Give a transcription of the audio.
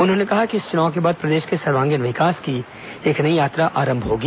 उन्होंने कहा कि इस चुनाव के बाद प्रदेश के सर्वांगीण विकास की एक नई यात्रा आरंभ होगी